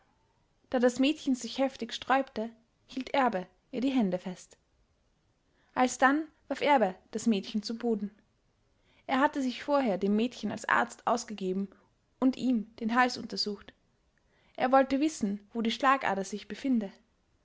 da das mädchen sich heftig sträubte hielt erbe ihr die hände fest alsdann warf erbe das mädchen zu boden er hatte sich vorher dem mädchen als arzt ausgegeben und ihm den hals untersucht er wollte wissen wo die schlagader sich befinde